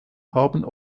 haben